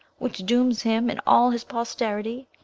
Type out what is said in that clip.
which dooms him and all his posterity,